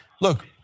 Look